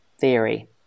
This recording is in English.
theory